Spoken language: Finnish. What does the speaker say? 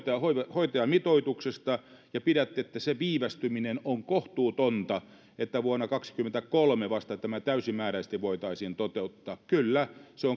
hoitajamitoituksesta ja pidätte että sen viivästyminen on kohtuutonta että vasta vuonna kaksikymmentäkolme tämä täysimääräisesti voitaisiin toteuttaa kyllä se